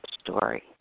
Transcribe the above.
story